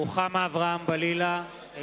(קורא בשמות חברי הכנסת) רוחמה אברהם-בלילא,